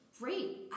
great